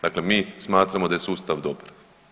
Dakle, mi smatramo da je sustav dobar.